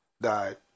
died